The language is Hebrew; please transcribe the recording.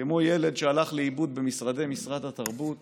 כמו ילד שהלך לאיבוד במשרדי משרד התרבות